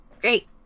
Great